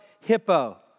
Hippo